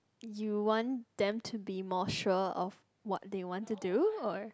you want them to be more sure of what they want to do or